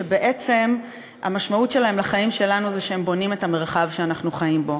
שבעצם המשמעות שלהם לחיים שלנו זה שהם בונים את המרחב שאנחנו חיים בו,